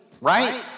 right